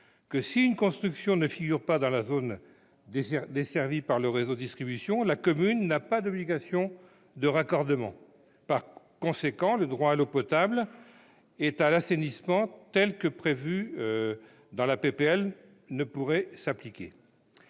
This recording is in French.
si une construction ne figure pas dans une zone desservie par le réseau de distribution, la commune n'a pas d'obligation de raccordement. Par conséquent, le droit à l'eau potable et à l'assainissement, tel qu'il est prévu dans la proposition